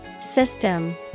System